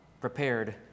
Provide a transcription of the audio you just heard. prepared